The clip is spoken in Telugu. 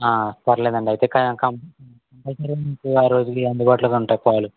పర్లేదు అండి అయితే క అయితే ఆరోజుకి అందుబాటులోకి ఉంటాయి పాలు